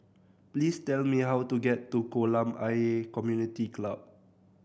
please tell me how to get to Kolam Ayer Community Club